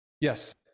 Yes